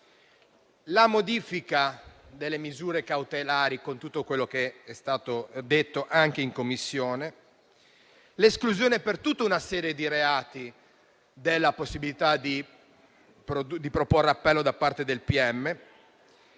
la modifica delle misure cautelari, con tutto quello che è stato detto anche in Commissione; l'esclusione, per tutta una serie di reati, della possibilità di proporre appello da parte del pm;